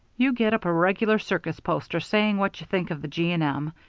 you get up a regular circus poster saying what you think of the g. and m,